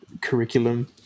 curriculum